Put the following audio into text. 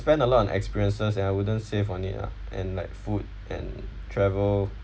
spend a lot of experiences that I wouldn't save on it lah and like food and travel